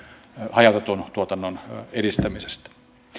hajautetun tuotannon edistämisestä